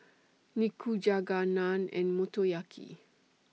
Nikujaga Naan and Motoyaki